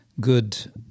good